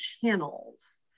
channels